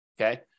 Okay